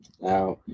Now